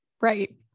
Right